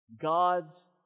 God's